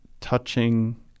touching